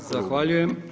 Zahvaljujem.